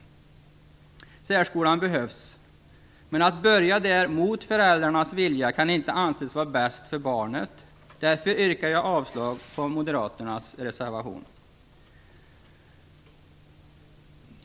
Särskolan behövs, men att börja där mot förälderns vilja kan inte anses vara bäst för barnet. Därför yrkar jag avslag på Moderaternas reservation.